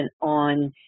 on